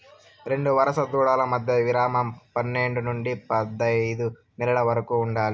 రెండు వరుస దూడల మధ్య విరామం పన్నేడు నుండి పదైదు నెలల వరకు ఉండాలి